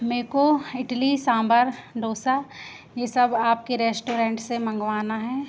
मेको इडली सांभर डोसा ये सब आपके रेश्टोरेंट से मँगवाना है